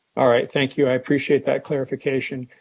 all right. thank you. i appreciate that clarification.